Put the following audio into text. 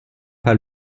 pas